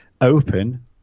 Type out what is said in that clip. open